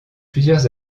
plusieurs